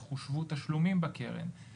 איך חושבו תשלומים בקרן.